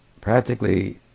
practically